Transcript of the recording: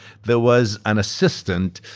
there was an assistant,